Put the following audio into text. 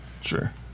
Sure